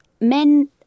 Men